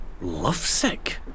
Lovesick